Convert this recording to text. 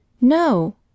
No